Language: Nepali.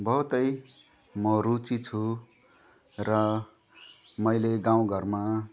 बहुतै म रुचि छु र मैले गाउँघरमा